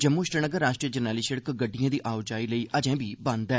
जम्मू श्रीनगर राष्ट्रीय जरनैली सड़क गड्डिंडएं दी आओ जाई लेई अजें बी बंद ऐ